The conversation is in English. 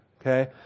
okay